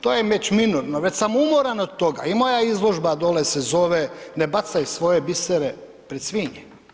To je već minorno, već sam umoran od toga i moja izložba dolje se zove Ne bacaj svoje bisere pred svinje.